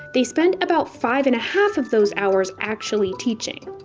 they spend about five and a half of those hours actually teaching.